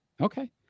Okay